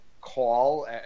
call